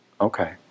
Okay